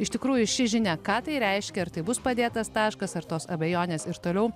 iš tikrųjų ši žinia ką tai reiškia ar tai bus padėtas taškas ar tos abejonės ir toliau